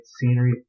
scenery